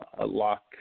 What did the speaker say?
lock